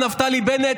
נפתלי בנט,